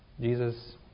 Jesus